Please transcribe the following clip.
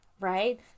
right